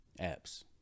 Apps